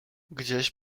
gdzieś